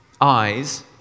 eyes